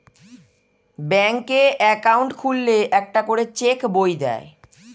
ব্যাঙ্কে অ্যাকাউন্ট খুললে একটা করে চেক বই দেয়